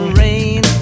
rain